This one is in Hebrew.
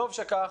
וטוב שכך